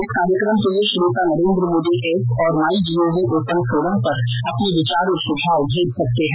इस कार्यक्रम के लिए श्रोता नरेन्द्र मोदी एप और my G O V open forum पर अपने विचार और सुझाव भेज सकते हैं